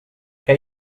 què